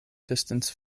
distance